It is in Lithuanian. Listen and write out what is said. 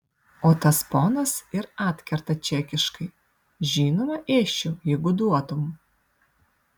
o tas ponas ir atkerta čekiškai žinoma ėsčiau jeigu duotum